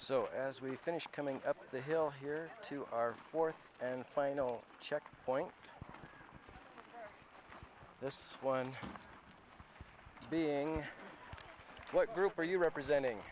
so as we finish coming up the hill here to our fourth and final check point this one being what group are you representing